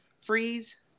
freeze